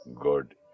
good